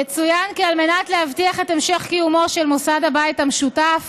יצוין כי על מנת להבטיח את המשך קיומו של מוסד הבית המשותף